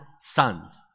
sons